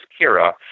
Kira